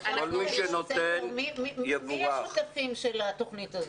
מי השותפים של התוכנית הזאת?